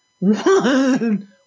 One